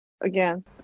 again